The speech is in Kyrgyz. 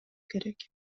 керек